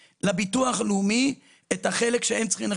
לביטוח הלאומי את החלק שהם צריכים לתת.